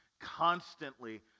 constantly